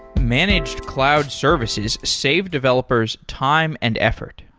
managed cloud services save developers time and effort.